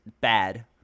bad